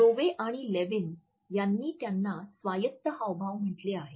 रोवे आणि लेव्हिन यांनी त्यांना स्वायत्त हावभाव म्हणले आहे